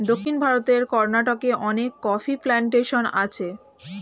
দক্ষিণ ভারতের কর্ণাটকে অনেক কফি প্ল্যান্টেশন আছে